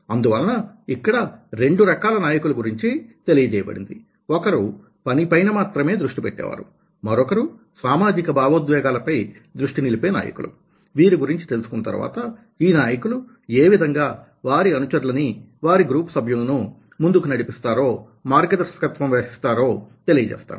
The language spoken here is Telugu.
అందువలన ఇక్కడ రెండు రకాల నాయకుల గురించి తెలియజేయబడింది ఒకరు పని పైన మాత్రమే దృష్టి పెట్టేవారు మరొకరు సామాజిక భావోద్వేగాల పై దృష్టి నిలిపే నాయకులు వీరి గురించి తెలుసుకున్న తర్వాత ఈ నాయకులు ఏవిధంగా వారి అనుచరులని వారి గ్రూప్ సభ్యులను ముందుకు నడిపిస్తారో మార్గ దర్శకత్వం వహిస్తారో తెలియజేస్తాను